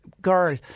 girl